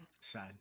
Sad